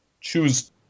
choose